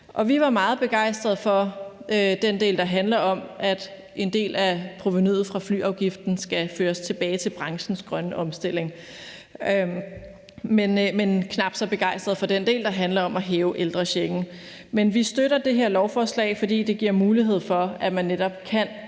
Vi var meget begejstrede for den del, der handler om, at en del af provenuet fra flyafgiften skal føres tilbage til branchens grønne omstilling, men knap så begejstrede for den del, der handler om at hæve ældrechecken. Men vi støtter det her lovforslag, fordi det giver mulighed for, at man netop kan